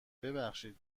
ببخشید